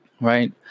right